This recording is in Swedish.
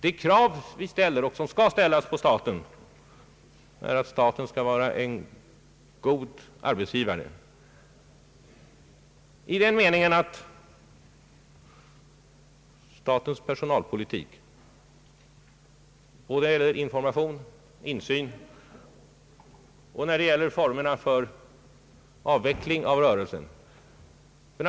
De krav vi ställer och skall ställa på staten är att den skall vara en god arbetsgivare, både när det gäller personalpolitik, information och insyn och när det gäller formerna för en rörelses avveckling.